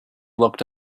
looked